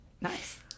Nice